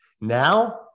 Now